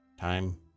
Time